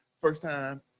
first-time